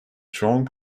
strong